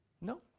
No